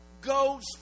goes